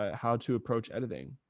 ah how to approach editing.